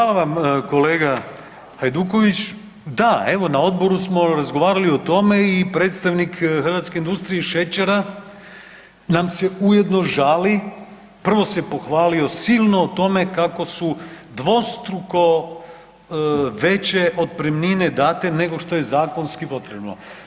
Hvala vam kolega Hajduković, da evo na odboru smo razgovarali o tome i predstavnik hrvatske industrije šećera nam se ujedno žali, prvo se pohvalio silno o tome kako su dvostruko veće otpremnine date nego što je zakonski potrebno.